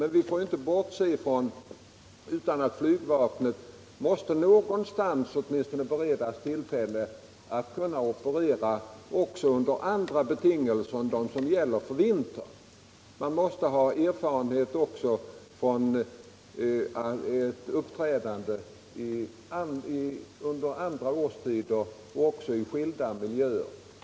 Vi kan emellertid inte komma ifrån att flygvapnet måste beredas tillfälle att operera även under andra betingelser än dem som gäller vintertid. Man måste skaffa sig erfarenheter under olika årstider och från skilda miljöer.